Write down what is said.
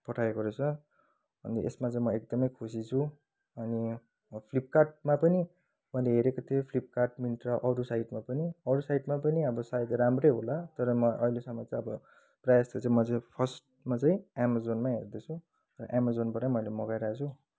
पठाएको रहेछ अनि यसमा चाहिँ म एकदमै खुसी छु अनि फ्लिपकार्टमा पनि मैले हेरेको थिएँ फ्लिपकार्ट मिन्त्रा अरू साइटमा पनि अरू साइटमा पनि अब सायद राम्रै होला तर म अहिलेसम्म चाहिँ अब प्रायः जस्तो चाहिँ म चाहिँ फर्स्टमा चाहिँ एमाजोनमै हेर्दैछु र एमाजोनबाटै मैले मगाइरहेको छु